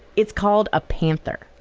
it's called a panther.